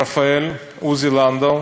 רפא"ל, עוזי לנדאו,